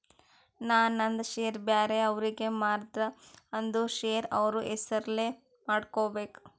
ನಾ ನಂದ್ ಶೇರ್ ಬ್ಯಾರೆ ಅವ್ರಿಗೆ ಮಾರ್ದ ಅಂದುರ್ ಶೇರ್ ಅವ್ರ ಹೆಸುರ್ಲೆ ಮಾಡ್ಕೋಬೇಕ್